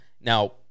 Now